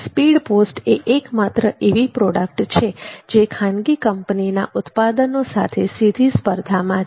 speed post એ એકમાત્ર એવી પ્રોડક્ટ છે જે ખાનગી કંપનીના ઉત્પાદનો સાથે સીધી સ્પર્ધામાં છે